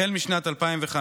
החל משנת 2005,